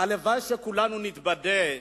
הלוואי שכולנו נתבדה.